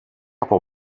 από